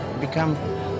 become